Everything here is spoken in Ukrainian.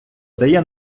дає